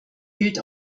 gilt